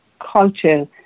culture